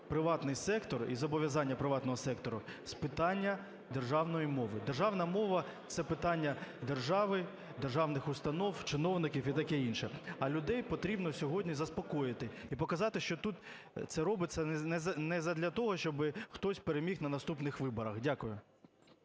приватний сектор і зобов'язання приватного сектору з питання державної мови. Державна мова – це питання держави, державних установ, чиновників і таке інше, а людей потрібно сьогодні заспокоїти і показати, що тут це робиться не задля того, щоб хтось переміг на наступних виборах. Дякую.